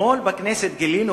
אתמול בכנסת גילינו,